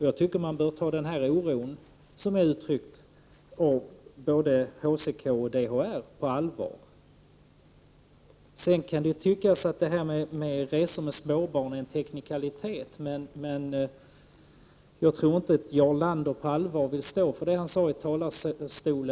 Jag tycker att man bör ta den oro som uttrycks av både HCK och DHR på allvar. Det kan vidare tyckas att frågan om resor med små barn är en teknikalitet, men jag tror inte att Jarl Lander på allvar vill stå för det som han sade från denna talarstol.